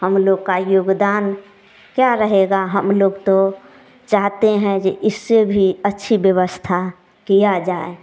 हम लोग का योगदान क्या रहेगा हम लोग तो चाहते हैं जी इससे भी अच्छी व्यवस्था किया जाए